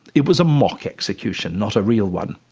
it was a mock execution not a real one.